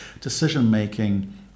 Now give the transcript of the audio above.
decision-making